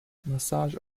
massage